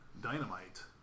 Dynamite